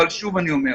אבל שוב אני אומר,